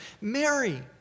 Mary